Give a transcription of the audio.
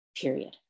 period